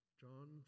John